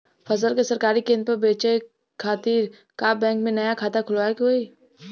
फसल के सरकारी केंद्र पर बेचय खातिर का बैंक में नया खाता खोलवावे के होई?